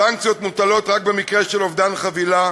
סנקציות מוטלות רק במקרה של אובדן חבילה,